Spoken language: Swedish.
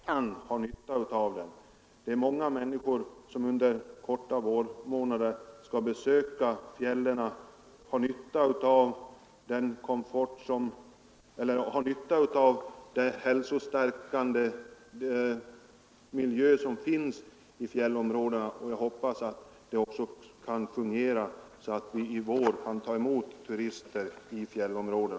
Herr talman! Jag tackar kommunikationsministern även för denna komplettering. Jag ansåg att det var angeläget att vi fick det besked som vi fått. Vi har anledning att hoppas att kollektivtrafiken skall fungera, och jag tackar för beskedet på den punkten. Det är många människor ofta från en stressad storstadsmiljö som under några vårmånader skall besöka fjällen och dra nytta av den hälsostärkande miljön där när sol och snö verkligen är till nytta för hälsa och kondition. Jag hoppas att det hela skall fungera så att vi även i vår kan ta emot turister i våra fjällområden.